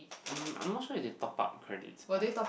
um I'm not sure if they top up credits but